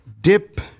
dip